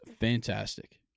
fantastic